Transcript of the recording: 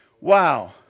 Wow